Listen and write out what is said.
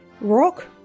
rock